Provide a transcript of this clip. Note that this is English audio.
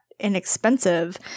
Inexpensive